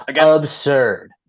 absurd